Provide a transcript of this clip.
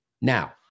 Now